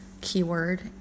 keyword